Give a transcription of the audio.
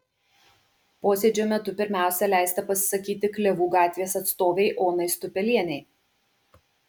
posėdžio metu pirmiausia leista pasisakyti klevų gatvės atstovei onai stupelienei